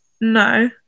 No